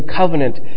covenant